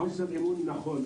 חוסר האמון נכון.